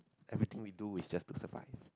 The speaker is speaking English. everything we do is just to survive